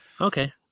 Okay